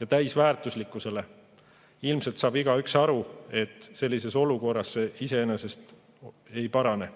ja täisväärtuslikkusele. Ilmselt saab igaüks aru, et sellises olukorras see iseenesest ei parane.